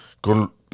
con